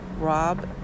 Rob